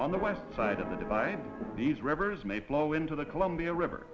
on the west side of the divide these rivers may flow into the columbia river